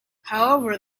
however